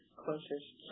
closest